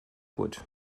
gut